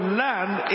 land